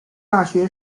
大学